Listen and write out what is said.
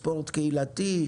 ספורט קהילתי,